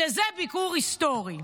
שזה ביקור היסטורי.